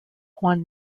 won